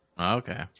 Okay